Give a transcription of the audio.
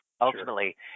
ultimately